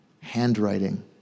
handwriting